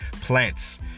plants